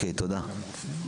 תודה.